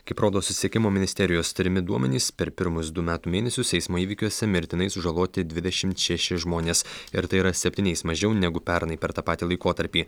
kaip rodo susisiekimo ministerijos turimi duomenys per pirmus du metų mėnesius eismo įvykiuose mirtinai sužaloti dvidešimt šeši žmonės ir tai yra septyniais mažiau negu pernai per tą patį laikotarpį